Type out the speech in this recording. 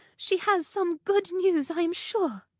she has some good news, i am sure.